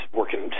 working